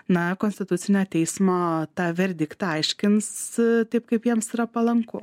na konstitucinio teismo tą verdiktą aiškins taip kaip jiems yra palanku